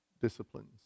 disciplines